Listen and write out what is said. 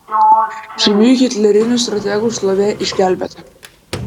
žymių hitlerinių strategų šlovė išgelbėta